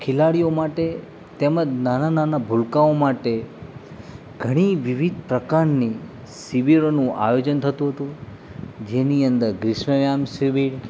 ખીલાડીઓ માટે તેમજ નાના નાના ભૂલકાઓ માટે ઘણી વિવિધ પ્રકારની શીબિરોનું આયોજન થતું હતું જેની અંદર ગ્રીષ્મયામ સિબિર